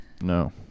No